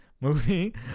movie